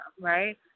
right